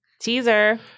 teaser